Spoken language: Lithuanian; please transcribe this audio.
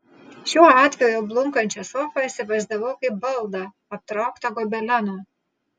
šiuo atveju blunkančią sofą įsivaizdavau kaip baldą aptrauktą gobelenu